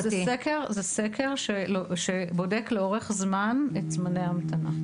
זה סקר שבודק לאורך זמן את זמני ההמתנה.